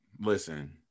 Listen